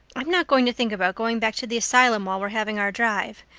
i am not going to think about going back to the asylum while we're having our drive.